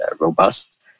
robust